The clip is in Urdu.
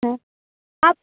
اچھا آپ